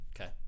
Okay